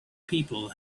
people